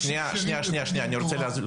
לא הוא דיבר וגם אני לא דיברתי.